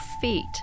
feet